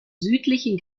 südlichen